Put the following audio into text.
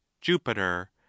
Jupiter